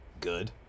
good